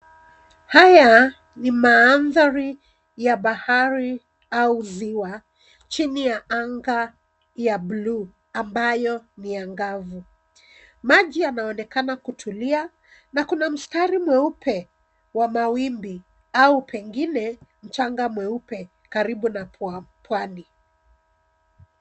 Haya ni mandhari ya bahari au ziwa chini ya anga ya buluu ambayo ni angavu. Maji yanaonekana kutulia na kuna mstari mweupe wa mawimbi au pengine mchanga mweupe karibu na pwani.